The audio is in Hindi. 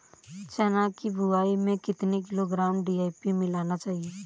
चना की बुवाई में कितनी किलोग्राम डी.ए.पी मिलाना चाहिए?